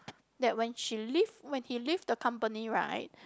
that when she leave when he leave the company right